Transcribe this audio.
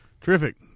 Terrific